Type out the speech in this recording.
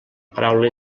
paraula